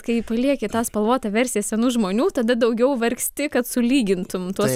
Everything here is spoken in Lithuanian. kai palieki tą spalvotą versiją senų žmonių tada daugiau vargsti kad sulygintum tuos